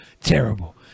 Terrible